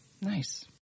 Nice